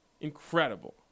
Incredible